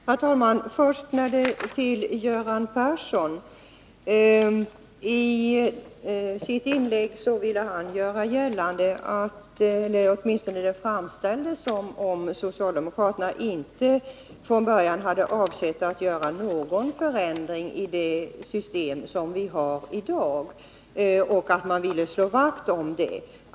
Herr talman! Först några ord till Göran Persson: I sitt inlägg framställer han det hela som om socialdemokraterna inte från början hade avsett att göra någon förändring i det system vi har i dag utan vill slå vakt om det.